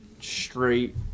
straight